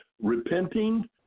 repenting